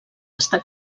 està